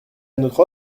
notre